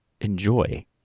enjoy